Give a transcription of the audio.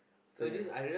so ya